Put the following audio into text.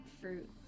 fruit